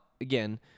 again